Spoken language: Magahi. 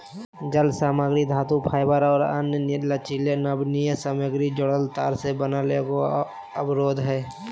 जालसामग्री धातुफाइबर और अन्य लचीली नमनीय सामग्री जोड़ल तार से बना एगो अवरोध हइ